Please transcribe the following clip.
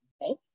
Okay